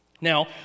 Now